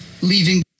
leaving